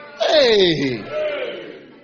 Hey